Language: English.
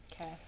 okay